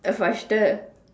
faster